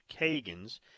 Kagans